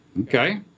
Okay